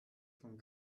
von